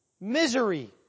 misery